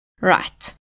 Right